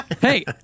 Hey